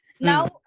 Now